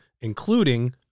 including